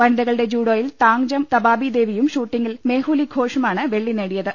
വനിത കളുടെ ജൂഡോയിൽ താങ്ജംതബാബി ദേവിയും ഷൂട്ടിങ്ങിൽ മേഹുലി ഘോഷുമാണ് വെള്ളി നേടിയത്